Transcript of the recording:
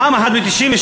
פעם אחת ב-1996,